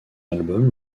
album